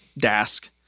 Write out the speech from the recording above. Dask